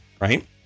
Right